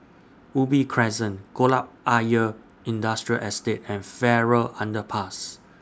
Ubi Crescent Kolam Ayer Industrial Estate and Farrer Underpass